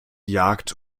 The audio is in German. jagd